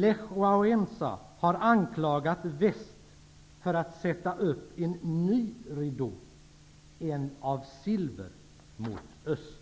Lech Walesa har anklagat väst för att sätta upp en ny ridå -- en ridå av silver -- mot öst.